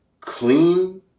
clean